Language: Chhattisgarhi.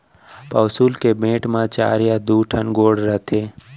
पौंसुल के बेंट म चार या दू ठन गोड़ रथे